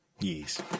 Yes